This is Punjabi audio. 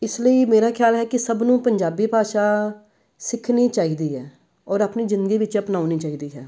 ਇਸ ਲਈ ਮੇਰਾ ਖਿਆਲ ਹੈ ਕਿ ਸਭ ਨੂੰ ਪੰਜਾਬੀ ਭਾਸ਼ਾ ਸਿੱਖਣੀ ਚਾਹੀਦੀ ਹੈ ਔਰ ਆਪਣੀ ਜ਼ਿੰਦਗੀ ਵਿੱਚ ਅਪਣਾਉਣੀ ਚਾਹੀਦੀ ਹੈ